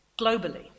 globally